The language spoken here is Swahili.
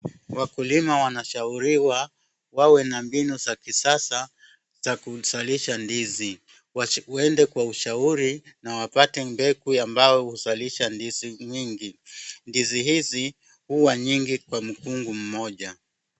Wakulima wanashauriwa wawe na mbinu za kisasa za kuzalisha ndizi. Waende kwa ushauri na wapate mbegu amabayo huzalisha ndizi nyingi. Ndizi hizi huwa nyingi kwa mkungu mmoja.